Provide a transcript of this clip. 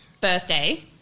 birthday